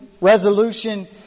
resolution